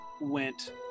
went